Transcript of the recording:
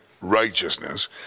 righteousness